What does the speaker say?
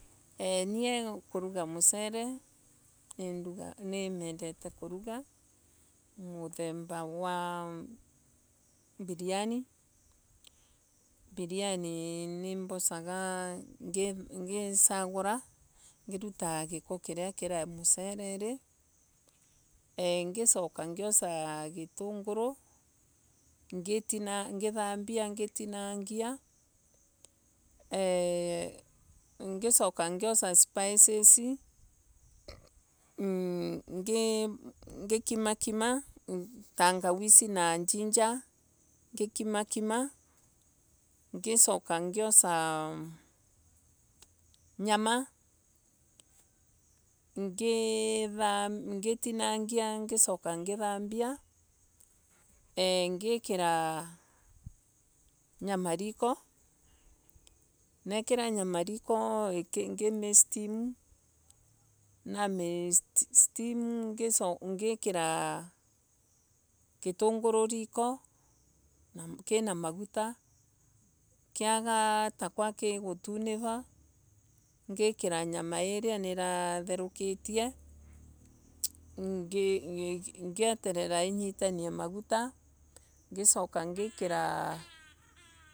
Ee nie Kuruga mucele muthemba wa biriani. biriani nimbosaga ngisagura. ngivuta giko kiria kirai musererei ngisoko ngiosa gitunguru ngithambia. ngitinangia. eeh ngicoka ngiosa spises ngikimakima tangawisi na ginger. Ngicoka ngiosa nyama. Ngithambia ngithangia ngikira nyama ngikira nyama riko. nekira nyama riko ngisteam. Namisteamu ngikira gitunguru riko. kiaga tako gikutuniva ngikira nyama iria niatherukitie. ngieterera inyitanie ngikira nyama iria niatherukite. ngieterera inyitanie maguta ngicoka ngikira.